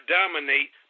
dominate